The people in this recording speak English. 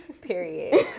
Period